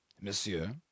Monsieur